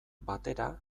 batera